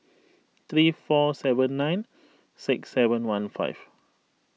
three four seven nine six seven one five